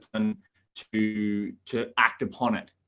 and to to act upon it,